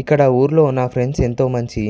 ఇక్కడ ఊరిలో నా ఫ్రెండ్స్ ఎంతో మంచి